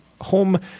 home